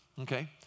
Okay